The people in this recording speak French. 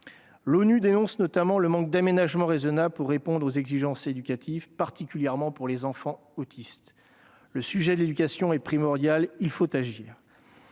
L'ONU dénonce ainsi le manque d'aménagements raisonnables pour répondre aux exigences éducatives, particulièrement pour les enfants autistes. Le sujet de l'éducation est primordial, il faut agir